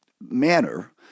manner